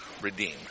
redeemed